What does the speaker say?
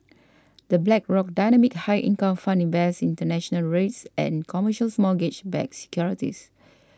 the Blackrock Dynamic High Income Fund invests international Reits and commercials mortgage backed securities